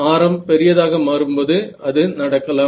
ஆரம் பெரியதாக மாறும் போது அது நடக்கலாம்